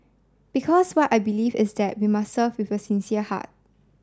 because what I believe is that we must serve with a sincere heart